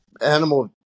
animal